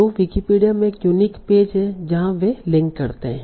तो विकिपीडिया में एक यूनिक पेज है जहाँ वे लिंक करते हैं